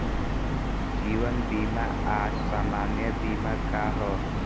जीवन बीमा आ सामान्य बीमा का ह?